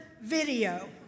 video